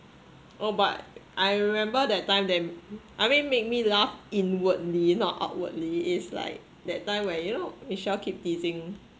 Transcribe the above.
oh but I remember that time then I mean made me laugh inwardly not outwardly is like that time where you know michelle keep teasing